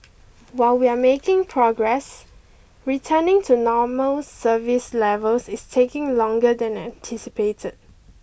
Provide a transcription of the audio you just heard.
while we are making progress returning to normal service levels is taking longer than anticipated